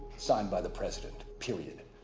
signed by the president. period.